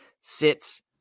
sits